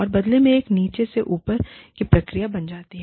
और बदले में एक नीचे से ऊपर बॉटम अप की प्रक्रिया बन जाती है